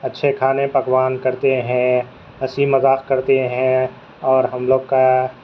اچھے کھانے پکوان کرتے ہیں ہنسی مذاق کرتے ہیں اور ہم لوگ کا